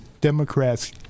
Democrats